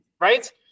right